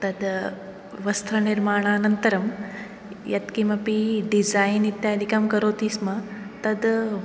तद् वस्त्रनिर्माणानन्तरं यत्किमपि डिस़ैन् इत्यादिकं करोति स्म तद्